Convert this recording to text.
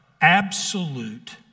absolute